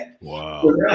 Wow